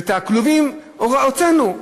את הכלובים, הוצאנו.